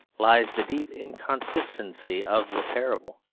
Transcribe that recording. lies the deep inconsistency of the parable.